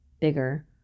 Bigger